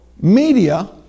media